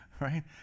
right